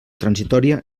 transitòria